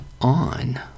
on